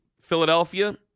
Philadelphia